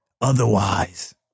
otherwise